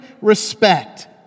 respect